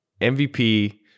mvp